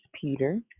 Peter